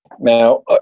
Now